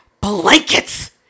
blankets